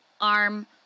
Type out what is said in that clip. arm